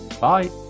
bye